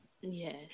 Yes